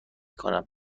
کنم